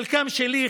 חלקם שלי,